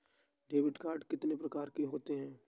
Debit card कितनी प्रकार के होते हैं?